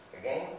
again